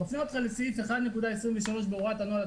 אני מפנה אותך לסעיף 1.23 בהוראת הנוהל,